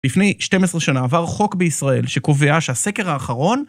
לפני 12 שנה עבר חוק בישראל שקובע שהסקר האחרון